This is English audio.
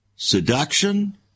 Seduction